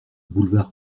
boulevard